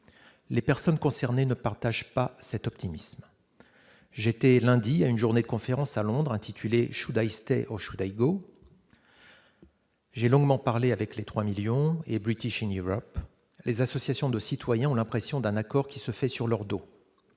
les personnes concernées ne partage pas cet optimisme, j'étais lundi à une journée de conférence à Londres, intitulée Shue Da IST auch ou Daillebaud. J'ai longuement parlé avec les 3 millions et British finira, les associations de citoyens ont l'impression d'un accord qui se fait sur leur dos